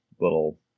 little